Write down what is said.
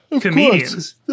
comedians